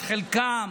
את חלקם.